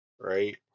right